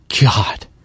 God